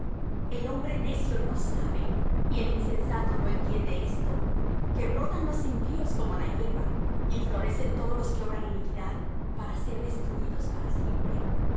el hombre necio no sabe y el insensato no entiende esto que brotan los impíos como la hierba y florecen todos los que obran iniquidad para ser destruídos para siempre